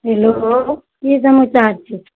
hello की समचार छै